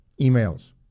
emails